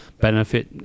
benefit